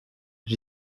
j’y